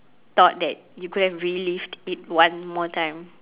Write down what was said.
thought that you could have relived it one more time